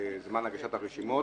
בזמן הגשת הרשימות,